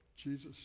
Jesus